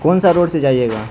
کون سا روڈ سے جائیے گا